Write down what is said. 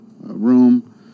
room